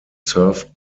served